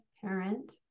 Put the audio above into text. parent